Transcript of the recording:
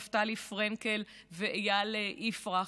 נפתלי פרנקל ואיל יפרח,